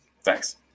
Thanks